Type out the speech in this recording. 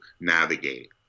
navigate